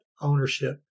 ownership